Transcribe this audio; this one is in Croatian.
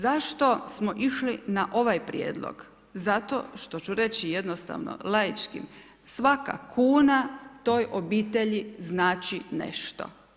Zašto smo išli na ovaj prijedlog, zato što ću reći jednostavno, laički, svaka kuna, toj obitelji znači nešto.